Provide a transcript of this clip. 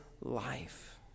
life